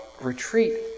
retreat